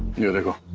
vehicle